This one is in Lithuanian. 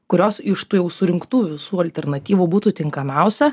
kurios iš tų jau surinktų visų alternatyvų būtų tinkamiausia